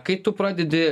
kai tu pradedi